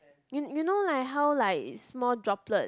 you you know like how like small droplet